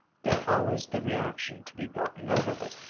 there's always the reaction to be gotten over with,